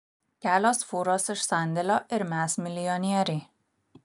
kelios fūros iš sandėlio ir mes milijonieriai